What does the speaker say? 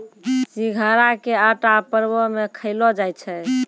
सिघाड़ा के आटा परवो मे खयलो जाय छै